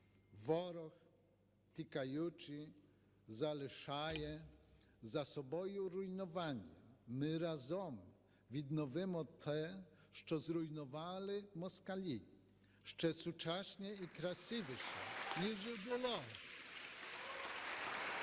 Ворог, тікаючи, залишає за собою руйнування. Ми разом відновимо те, що зруйнували москалі, ще сучасніше і красивіше, ніж було.